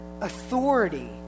authority